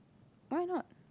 why not